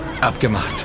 Abgemacht